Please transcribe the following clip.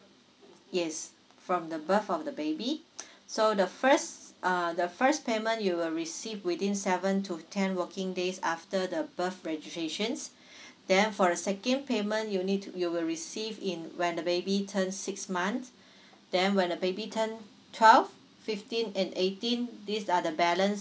yes from the birth of the baby so the first uh the first payment you will receive within seven to ten working days after the birth registrations then for the second payment you need to you will receive in when the baby turns six months then when the baby turn twelve fifteen and eighteen these are the balance